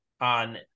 on